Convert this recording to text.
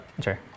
Sure